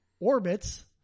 Orbits